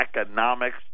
economics